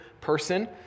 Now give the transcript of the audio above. person